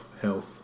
health